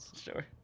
Sure